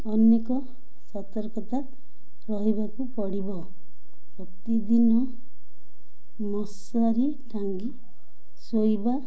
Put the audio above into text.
ଅନେକ ସତର୍କତା ରହିବାକୁ ପଡ଼ିବ ପ୍ରତିଦିନ ମଶାରୀ ଟାଙ୍ଗି ଶୋଇବା